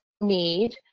need